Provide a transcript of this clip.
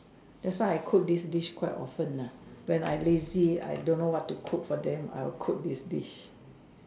that's why I cook this dish quite often ah when I lazy I don't know what to cook for them I'll cook this dish